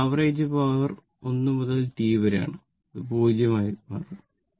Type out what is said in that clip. ഇപ്പോൾ average power 1 മുതൽ T വരെയാണ് അത് 0 ആയി മാറും